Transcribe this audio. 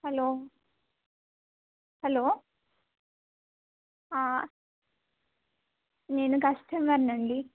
hello hello నేను కస్టమర్నండి